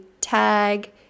tag